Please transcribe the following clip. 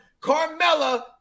Carmella